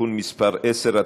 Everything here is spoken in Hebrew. (תיקון מס' 10),